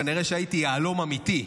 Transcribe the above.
כנראה הייתי יהלום אמיתי.